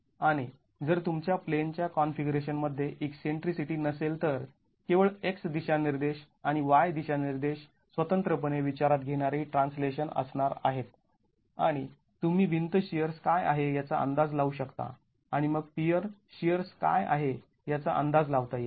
आणि जर तुमच्या प्लेनच्या कॉन्फिगरेशनमध्ये ईकसेंट्रीसिटी नसेल तर केवळ x दिशानिर्देश आणि y दिशानिर्देश स्वतंत्रपणे विचारात घेणारी ट्रान्सलेशन असणार आहेत आणि तुम्ही भिंत शिअर्स काय आहे याचा अंदाज लावू शकता आणि मग पियर शिअर्स काय आहे याचा अंदाज लावता येईल